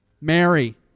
Mary